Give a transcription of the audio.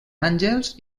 àngels